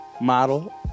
model